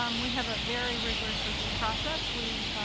um we have a very rigorous review process. we,